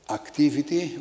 activity